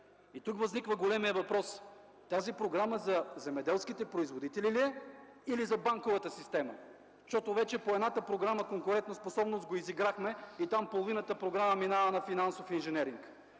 Тук възниква големият въпрос: тази Програма за земеделските производители ли е или за банковата система? Защото вече по едната програма конкурентоспособност го изиграхме и там половината програма минава на финансов инженеринг.